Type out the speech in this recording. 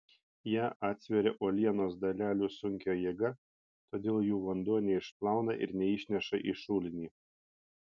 ją atsveria uolienos dalelių sunkio jėga todėl jų vanduo neišplauna ir neišneša į šulinį